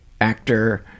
actor